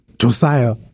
Josiah